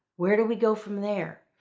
where do we go from there?